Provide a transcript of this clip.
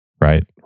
right